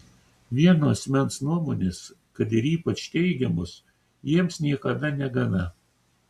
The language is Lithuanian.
vieno asmens nuomonės kad ir ypač teigiamos jiems niekada negana